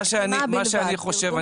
מה שאני חושב,